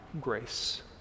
grace